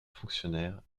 fonctionnaire